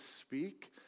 speak